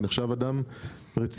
ונחשב אדם רציני,